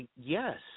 yes